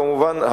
כמובן,